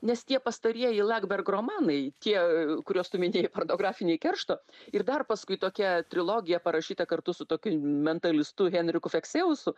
nes tie pastarieji lakberg romanai tie kuriuos tu minėjai pornografiniai keršto ir dar paskui tokia trilogija parašyta kartu su tokiu mentalistu henriku fekseusu